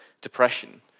depression